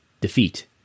defeat